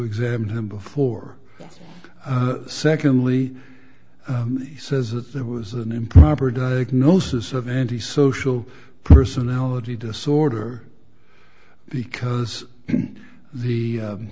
examined him before secondly he says that there was an improper diagnosis of antisocial personality disorder because the